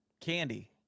candy